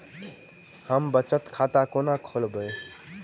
हम बचत खाता कोना खोलाबी?